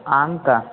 آم کا